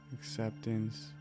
acceptance